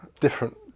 different